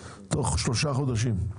תוך שלושה חודשים.